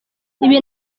ibi